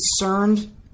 concerned